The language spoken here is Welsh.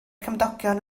cymdogion